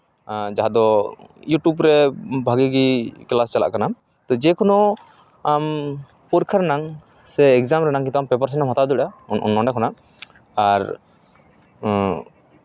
ᱡᱟᱦᱟᱸ ᱫᱚ ᱤᱭᱩᱴᱩᱵᱽ ᱨᱮ ᱵᱷᱟᱹᱜᱮ ᱜᱮ ᱠᱞᱟᱥ ᱪᱟᱞᱟᱜ ᱠᱟᱱᱟ ᱛᱳ ᱡᱮ ᱠᱳᱱᱳ ᱟᱢ ᱯᱚᱨᱤᱠᱠᱷᱟ ᱨᱮᱱᱟᱜ ᱥᱮ ᱮᱠᱡᱟᱢ ᱨᱮᱱᱟᱜ ᱠᱤᱱᱛᱩ ᱟᱢ ᱯᱨᱤᱯᱟᱨᱮᱥᱮᱱ ᱮᱢ ᱦᱟᱛᱟᱣ ᱫᱟᱲᱮᱭᱟᱜᱼᱟ ᱱᱚᱸᱰᱮ ᱠᱷᱚᱱᱟᱜ ᱟᱨ ᱦᱮᱸ